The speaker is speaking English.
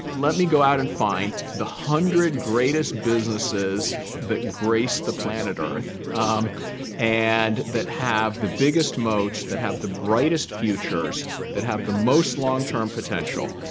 let me go out and find the one hundred greatest businesses that grace the planet earth and that have the biggest moats that have the brightest futures that have the most long-term potential.